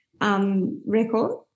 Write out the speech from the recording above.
Record